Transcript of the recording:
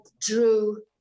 drew